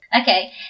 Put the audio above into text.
Okay